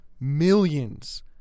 millions